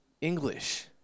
English